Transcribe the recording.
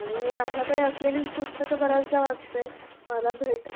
आणि मी माझ्याकडे असलेलीच पुस्तकं बऱ्याचदा वाचते मला भेट